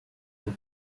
and